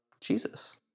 Jesus